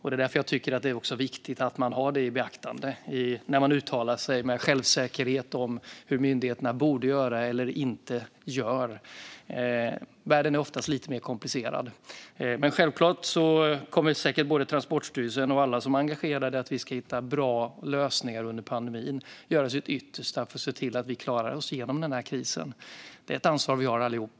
Det är därför jag tycker att det är viktigt att man har det i beaktande när man uttalar sig med självsäkerhet om hur myndigheterna borde göra eller inte gör. Världen är oftast lite mer komplicerad. Men självklart kommer säkert både Transportstyrelsen och alla engagerade att se till att vi ska hitta bra lösningar under pandemin och göra sitt yttersta för att se till att vi klarar oss genom den här krisen. Det är ett ansvar vi har allihop.